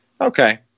okay